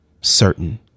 certain